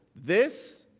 this